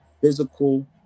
physical